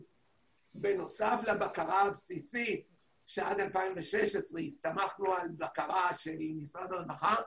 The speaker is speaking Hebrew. בנוסף לבקרה הבסיסית כאשר עד 2016 הסתמכנו על בקרה של משרד הרווחה,